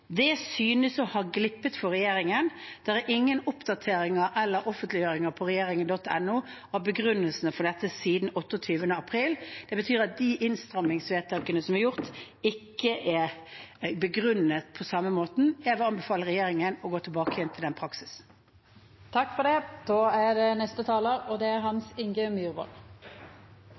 Det synes å ha glippet for regjeringen. Det er ingen oppdateringer eller offentliggjøringer på regjeringen.no om begrunnelsene for dette siden 28. april. Det betyr at de innstrammingsvedtakene som er gjort, ikke er begrunnet på samme måte. Jeg vil anbefale regjeringen å gå tilbake til den praksisen. Pandemiutviklinga har vore og er